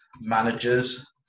managers